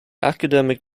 academic